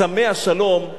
סמי השלום,